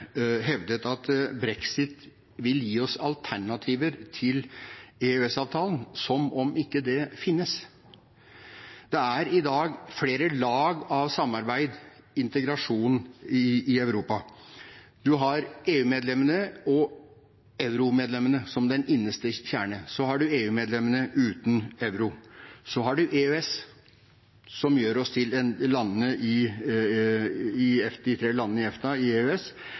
hevdet at brexit vil gi oss alternativer til EØS-avtalen, som om ikke det finnes. Det er i dag flere lag av samarbeid, integrasjon, i Europa. En har EU- og euromedlemmene som den innerste kjerne. Så har man EU-medlemmene uten euro. Så har man EØS, som gjør oss – de tre EFTA-landene i EØS – til fullverdige deltakere i